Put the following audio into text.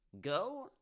go